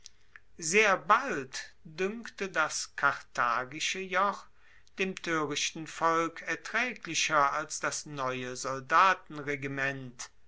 sehr bald duenkte das karthagische joch dem toerichten volk ertraeglicher als das neue